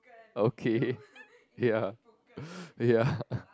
okay ya ya